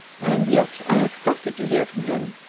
and yet i expect to hear from him.